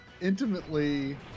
intimately